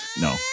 no